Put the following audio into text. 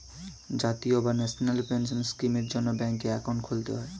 জাতীয় বা national pension স্কিমের জন্যে ব্যাঙ্কে অ্যাকাউন্ট খুলতে হয়